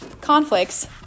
Conflicts